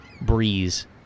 breeze